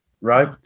right